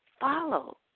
follow